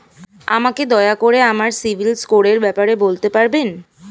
আমাকে দয়া করে আমার সিবিল স্কোরের ব্যাপারে বলতে পারবেন?